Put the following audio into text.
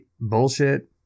bullshit